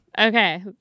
Okay